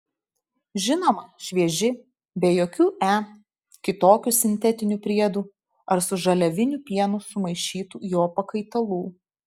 žinoma švieži be jokių e kitokių sintetinių priedų ar su žaliaviniu pienu sumaišytų jo pakaitalų